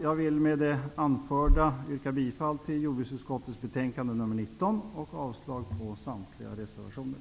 Jag vill med det anförda yrka bifall till hemställan i jordbruksutskottets betänkande nr 19 och avslag på samtliga reservationer.